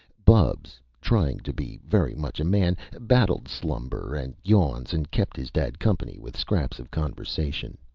bubs, trying to be very much a man, battled slumber and yawns, and kept his dad company with scraps of conversation.